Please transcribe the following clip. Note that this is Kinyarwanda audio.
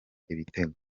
ibitego